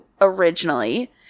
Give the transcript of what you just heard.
originally